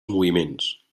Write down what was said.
moviments